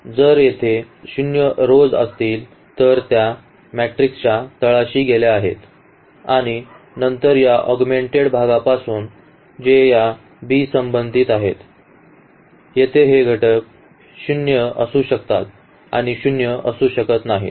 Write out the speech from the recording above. आणि जर तेथे शून्य row असतील तर त्या या मॅट्रिक्सच्या तळाशी गेल्या आहेत आणि नंतर या ऑगमेंटेड भागापासून जे या b संबंधित आहेत येथे हे घटक 0 असू शकतात आणि 0 असू शकत नाहीत